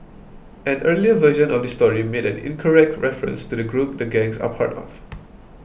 an earlier version of this story made an incorrect reference to the group the gangs are part of